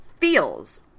feels